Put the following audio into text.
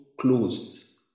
closed